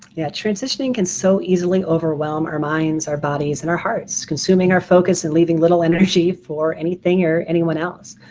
yeah transitioning can so easily overwhelm our minds, our bodies, and our hearts. consuming our focus and leaving little energy for anything or anyone else.